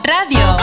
Radio